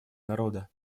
народа